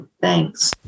thanks